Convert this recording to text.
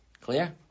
Clear